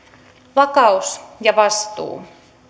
vakaus ja vastuu